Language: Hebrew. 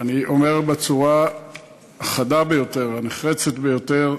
אני אומר בצורה החדה ביותר, הנחרצת ביותר: